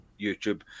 youtube